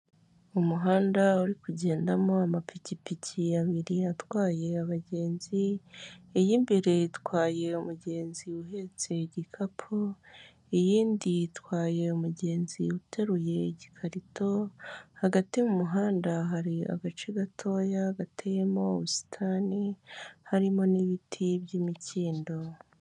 Umuhanda uri kugendamo amapikipiki abiri atwaye abagenzi, iy'imbere itwaye umugenzi uhetse igikapu, iyindi itwaye umugenzi uteruye igikarito, hagati mu' muhanda hari agace gatoya gateyemo ubusitani, harimo n'ibiti by'imikindo.